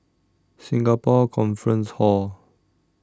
Singapore Conference Hall